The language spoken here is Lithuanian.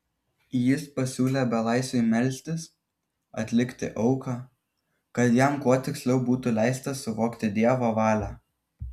jis pasiūlė belaisviui melstis atlikti auką kad jam kuo tiksliau būtų leista suvokti dievo valią